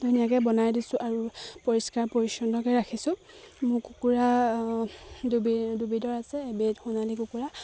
ধুনীয়াকে বনাই দিছোঁ আৰু পৰিষ্কাৰ পৰিচ্ছন্নকে ৰাখিছোঁ মোৰ কুকুৰা দুবিধৰ আছে এবিধ সোণালী কুকুৰা